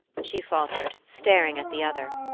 she faltered, staring at the other.